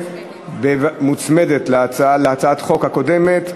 הגדרת הפליה על רקע נטייה מינית או זהות מגדר),